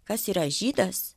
kas yra žydas